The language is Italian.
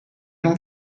non